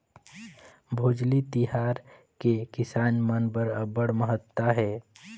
भोजली तिहार के किसान मन बर अब्बड़ महत्ता हे